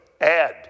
add